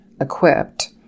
equipped